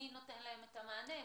מי נותן להם את המענה?